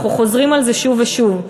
אנחנו חוזרים על זה שוב ושוב.